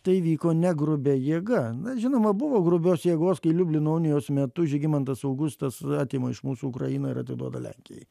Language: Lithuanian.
tai vyko ne grubia jėga na žinoma buvo grubios jėgos kai liublino unijos metu žygimantas augustas atima iš mūsų ukrainą ir atiduoda lenkijai